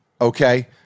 okay